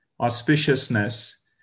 auspiciousness